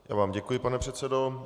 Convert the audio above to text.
Já vám děkuji, pane předsedo.